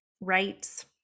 rights